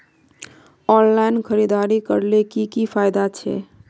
Online खरीदारी करले की की फायदा छे?